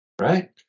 right